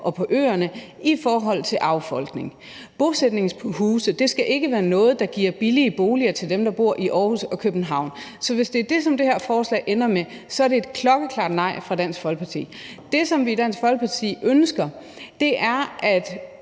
og på øerne i forhold til affolkning. Bosætningshuse skal ikke være noget, der giver billige boliger til dem, der bor i Aarhus og København. Så hvis det er det, som det her forslag ender med, så er det et klokkeklart nej fra Dansk Folkeparti. Det, som vi i Dansk Folkeparti ønsker, er, at